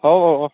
হ'ব বাৰু অ